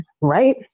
right